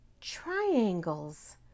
triangles